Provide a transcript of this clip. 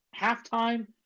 halftime